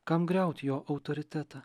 kam griauti jo autoritetą